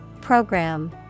Program